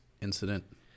incident